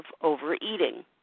overeating